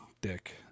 Dick